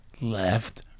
left